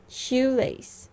shoelace